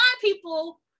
people